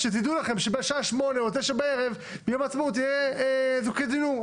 מעט בשעה 8 או 9 ביום העצמאות זיקוקי די-נור,